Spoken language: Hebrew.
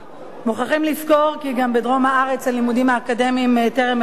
מוכרחים לזכור גם כי בדרום הארץ הלימודים האקדמיים טרם החלו,